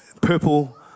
purple